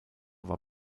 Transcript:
war